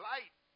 Light